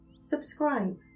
Subscribe